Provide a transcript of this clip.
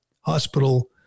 hospital